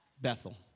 Bethel